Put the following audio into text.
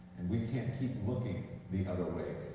and we can't keep looking the other way.